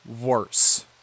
worse